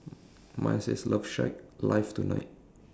mine says love shack live tonight